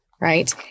Right